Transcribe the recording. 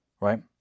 right